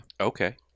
Okay